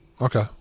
Okay